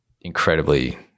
incredibly